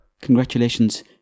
Congratulations